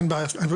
אין בעיה, סליחה.